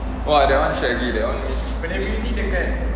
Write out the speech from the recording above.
!wah! that [one] shaggy